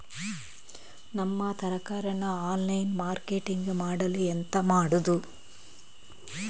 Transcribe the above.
ನಮ್ಮ ತರಕಾರಿಯನ್ನು online marketing ಮಾಡಲು ಎಂತ ಮಾಡುದು?